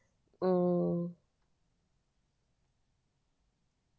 mm